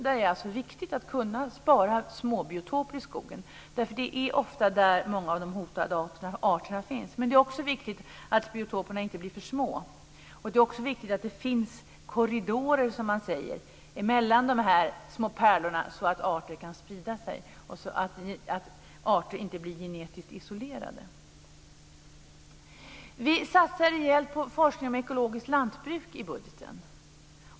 Jag anser att det är viktigt att kunna spara små biotoper i skogen därför att det ofta är där många av de hotade arterna finns. Men det är också viktigt att biotoperna inte blir för små, och det är viktigt att det finns korridorer mellan de små pärlorna så att arter kan sprida sig och att arter inte blir genetiskt isolerade. Vi satsar rejält på forskning om ekologiskt lantbruk i budgeten.